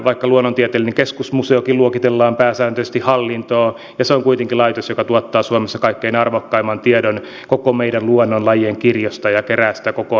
vaikka luonnontieteellinen keskusmuseokin luokitellaan pääsääntöisesti hallintoon se on kuitenkin laitos joka tuottaa suomessa kaikkein arvokkaimman tiedon koko meidän luonnon lajien kirjosta ja kerää sitä kokoelmiinsa